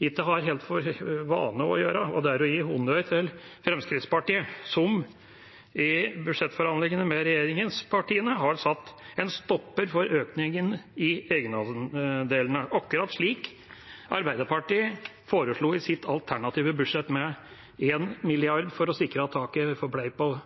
jeg ikke har helt for vane å gjøre, og det er å gi honnør til Fremskrittspartiet, som i budsjettforhandlingen med regjeringspartiene har satt en stopper for økningen i egenandelene, akkurat slik Arbeiderpartiet foreslo i sitt alternative budsjett, med 1 mrd. kr for å sikre at taket